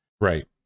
right